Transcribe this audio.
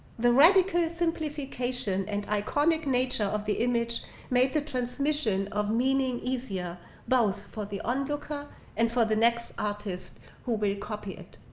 the radical simplification and iconic nature of the image made the transmission of meaning easier both for the onlooker and for the next artist who will copy it.